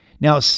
Now